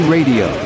Radio